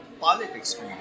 politics